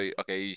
okay